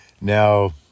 Now